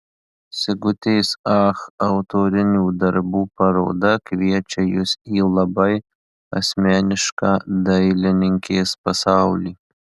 sigutės ach autorinių darbų paroda kviečia jus į labai asmenišką dailininkės pasaulį